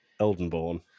Eldenborn